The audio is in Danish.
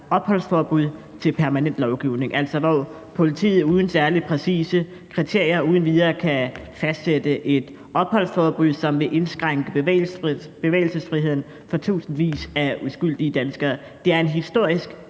opholdsforbud, til permanent lovgivning, altså hvor politiet uden særlig præcise kriterier uden videre kan fastsætte et opholdsforbud, som vil indskrænke bevægelsesfriheden for tusindvis af uskyldige danskere. Det er en historisk